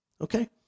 Okay